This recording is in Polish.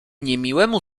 niemiłemu